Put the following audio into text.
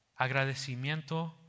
Agradecimiento